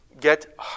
get